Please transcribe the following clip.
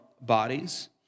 bodies